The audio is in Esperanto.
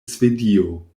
svedio